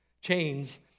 chains